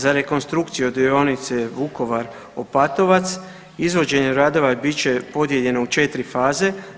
Za rekonstrukciju dionice Vukovar – Opatovac, izvođenje radova bit će podijeljeno u 4 faze.